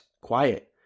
quiet